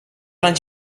anys